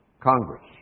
Congress